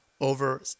Over